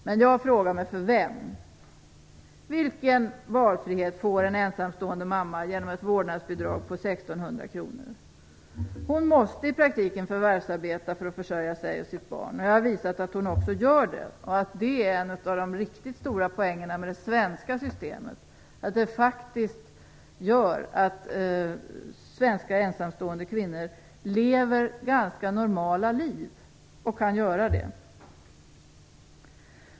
Men jag frågar mig för vem. Vilken valfrihet får en ensamstående mamma genom ett vårdnadsbidrag på 1 600 kronor? Hon måste i praktiken förvärvsarbeta för att försörja sig och sitt barn. Jag har visat att hon också gör det. Det är en av de riktigt stora poängerna med det svenska systemet. Det gör att svenska ensamstående kvinnor lever ganska normala liv, och kan göra det.